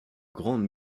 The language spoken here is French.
grande